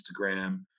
Instagram